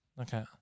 okay